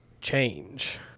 change